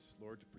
Lord